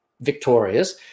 victorious